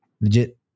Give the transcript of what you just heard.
Legit